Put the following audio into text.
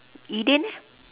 eden eh